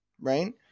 right